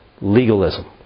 legalism